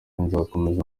nzakomeza